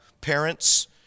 parents